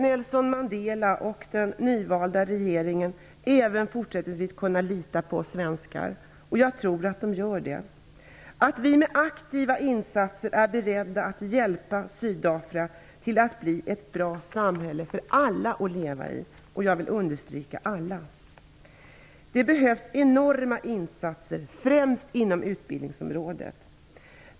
Nelson Mandela och den nyvalda regeringen måste även fortsättningvis kunna lita på oss svenskar, och jag tror att de gör det. De måste kunna lita på att vi med aktiva insatser är beredda att hjälpa Sydafrika att bli ett bra samhälle för alla att leva i -- och jag vill betona alla. Det behövs enorma insatser, främst inom utbildningsområdet.